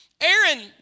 Aaron